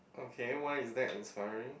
okay why is that inspiring